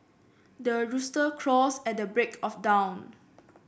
the rooster crows at the break of dawn